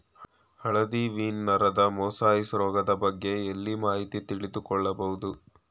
ಹಳದಿ ವೀನ್ ನರದ ಮೊಸಾಯಿಸ್ ರೋಗದ ಬಗ್ಗೆ ಎಲ್ಲಿ ಮಾಹಿತಿ ತಿಳಿದು ಕೊಳ್ಳಬಹುದು?